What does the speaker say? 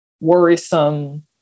worrisome